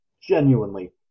genuinely